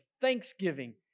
thanksgiving